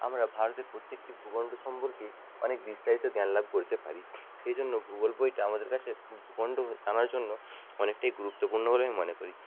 আমরা ভারতের প্রত্যেকটি ভূখণ্ড সম্পর্কে অনেক বিস্তারিত জ্ঞান লাভ করতে পারি সেই জন্য ভূগোল বইটা আমাদের কাছে ভূখণ্ড জানার জন্য অনেকটাই গুরুত্বপূর্ণ বলে আমি মনে করি